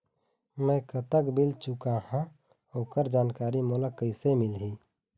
मैं कतक बिल चुकाहां ओकर जानकारी मोला कइसे मिलही?